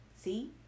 See